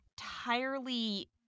entirely